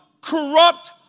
corrupt